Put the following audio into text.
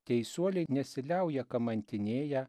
teisuoliai nesiliauja kamantinėję